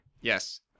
Yes